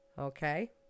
okay